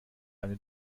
eine